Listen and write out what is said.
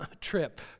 trip